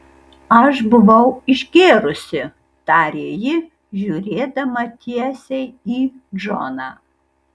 aš buvau išgėrusi tarė ji žiūrėdama tiesiai į džoną